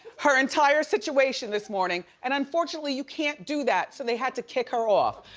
her entire situation this morning. and unfortunately you can't do that. so they had to kick her off.